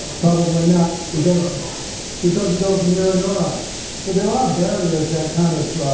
probably not, because because of those mirror neurons. so there are barriers that kind of,